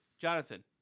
Jonathan